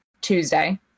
Tuesday